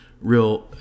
real